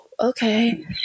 Okay